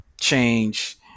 change